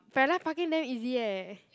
parallel parking damn easy eh